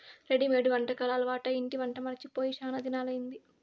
readymade వంటకాలు అలవాటై ఇంటి వంట మరచి పోయి శానా దినాలయ్యింది